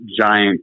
giant